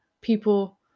people